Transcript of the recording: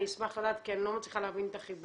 אני אשמח לדעת כי אני לא מצליחה להבין את החיבור.